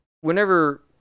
whenever